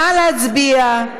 נא להצביע.